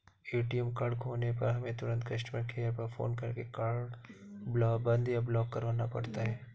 ATM card खोने पर हमें तुरंत कस्टमर केयर पर फ़ोन करके कार्ड बंद या ब्लॉक करवाना पड़ता है